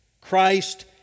Christ